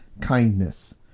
kindness